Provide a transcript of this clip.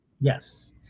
Yes